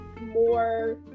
more